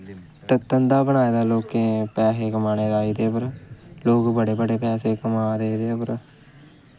ते धंधा बनाए दा लोकें पैसे कमाने दा एह्दैे पर लोग बड़े बड़े पैसे कमा दे एह्दे पर